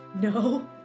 No